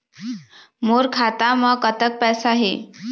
मोर खाता म कतक पैसा हे?